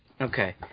Okay